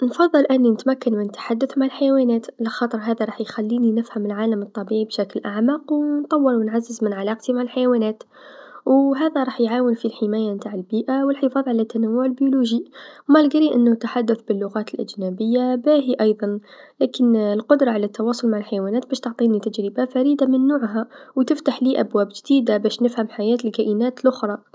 نفضل أنو نتمكن من التحدث مع الحيوانات لخاطر هذا راح يخليني نفهم العالم الطبيعي بشكل أعمق و نطور و نعزز من علاقتي مع الحيوانات و هذا راح يعاون في الحمايه نتع البيئه و الحفاظ على التنوع البيولوجي، رغم التحدث باللغات الأجنبيه باهي أيضا لكن القدره على التواصل مع الحيوانات باش تعطيني تجربه فريده من نوعها و تفتحلي أبواب جديدا باش نفهم حياة الكائنات لخرى.